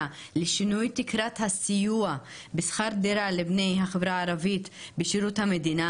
לשינוי תקרת הסיוע בשכר דירה לבני החברה הערבית בשירות המדינה,